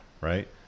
right